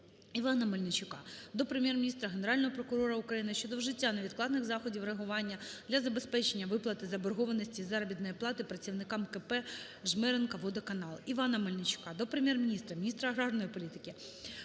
Івана Мельничука до Прем'єр-міністра, Генерального прокурора України щодо вжиття невідкладних заходів реагування для забезпечення виплати заборгованості із заробітної плати працівникам КП "Жмеринкаводоканал". Івана Мельничука до Прем'єр-міністра, міністра аграрної політики